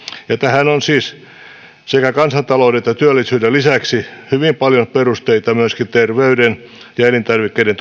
ja tähän on siis kansantalouden ja ja työllisyyden lisäksi hyvin paljon perusteita myöskin terveydessä ja elintarvikkeiden